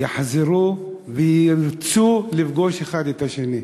יחזרו וירצו לפגוש אחד את השני.